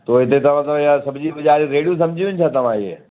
त हिते तव्हां सब्जी बाज़ार रेड़ियूं सम्झियूं आहिनि छा तव्हां ईअं